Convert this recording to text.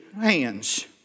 hands